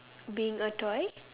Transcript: being a toy